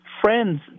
friends